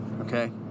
Okay